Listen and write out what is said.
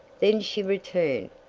then she returned.